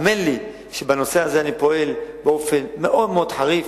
האמן לי שאני פועל בנושא הזה באופן מאוד חריף.